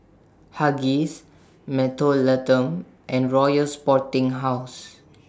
Huggies Mentholatum and Royal Sporting House